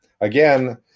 again